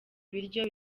ibiryo